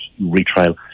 retrial